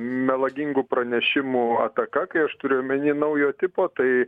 melagingų pranešimų ataka kai aš turiu omeny naujo tipo tai